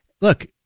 look